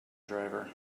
driver